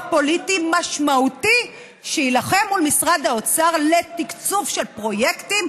פוליטי משמעותי שיילחם מול משרד האוצר על תקצוב של פרויקטים,